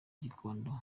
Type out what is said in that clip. gikondo